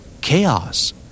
Chaos